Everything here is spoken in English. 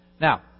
Now